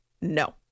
no